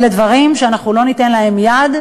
אלה דברים שאנחנו לא ניתן להם יד,